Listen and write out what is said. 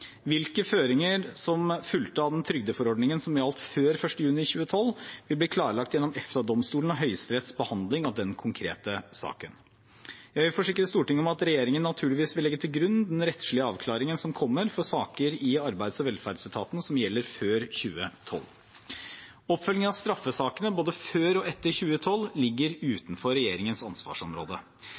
Hvilke føringer som fulgte av den trygdeforordningen som gjaldt før 1. juni 2012, vil bli klarlagt gjennom EFTA-domstolen og Høyesteretts behandling av den konkrete saken. Jeg vil forsikre Stortinget om at regjeringen naturligvis vil legge til grunn den rettslige avklaringen som kommer for saker i arbeids- og velferdsetaten som gjelder før 2012. Oppfølgingen av straffesakene, både før og etter 2012, ligger utenfor regjeringens ansvarsområde.